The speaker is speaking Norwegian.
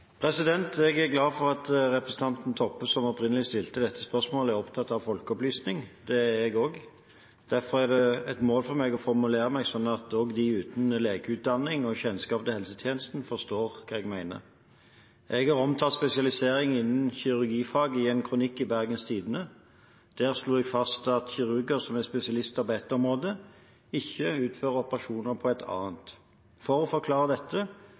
Jeg er glad for at representanten Toppe, som opprinnelig stilte dette spørsmålet, er opptatt av folkeopplysning. Det er jeg også. Derfor er det et mål for meg å formulere meg slik at også de uten legeutdanning og kjennskap til helsetjenesten forstår hva jeg mener. Jeg har omtalt spesialiseringen innen kirurgifaget i en kronikk i Bergens Tidende. Der slo jeg fast at kirurger som er spesialister på ett område, ikke utfører operasjoner på et annet. For å forklare dette